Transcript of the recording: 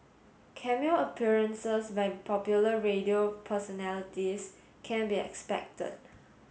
cameo appearances by popular radio personalities can be expected